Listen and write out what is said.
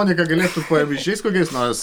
monika galėtų pavyzdžiais kokiais nors